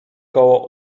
koło